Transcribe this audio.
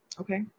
Okay